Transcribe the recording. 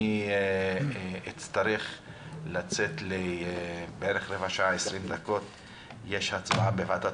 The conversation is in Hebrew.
אני אצטרך לצאת ל-15-20 דקות כי יש הצבעה בוועדת